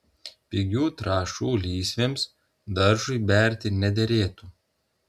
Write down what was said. pigių trąšų lysvėms daržui berti nederėtų